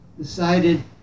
decided